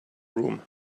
room